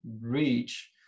reach